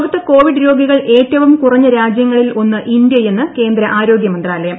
ലോകത്ത് കോവിഡ്ട് ്രോഗികൾ ഏറ്റവും ന് കുറഞ്ഞ രാജ്യങ്ങ്ളിൽ ഒന്ന് ഇന്ത്യയെന്ന് കേന്ദ്ര ആരോഗ്യമന്ത്രാലയം